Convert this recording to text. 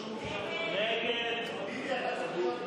של קבוצת סיעת הליכוד,